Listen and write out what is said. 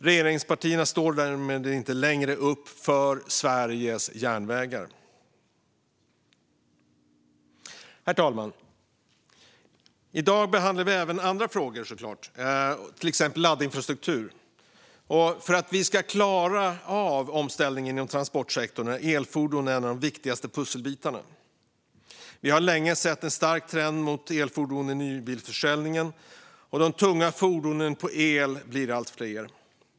Regeringspartierna står därmed inte längre upp för Sveriges järnvägar. Herr talman! I dag behandlar vi såklart även andra frågor, till exempel frågan om laddinfrastruktur. För att vi ska klara av omställningen inom transportsektorn är elfordon en av de viktigaste pusselbitarna. Vi har länge sett en stark trend mot elfordon i nybilsförsäljningen, och de tunga fordonen på el blir allt fler.